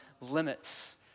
limits